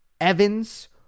Evans